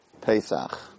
Pesach